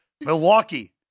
Milwaukee